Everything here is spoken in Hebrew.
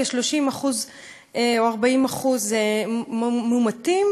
כ-30% או 40% מומתים,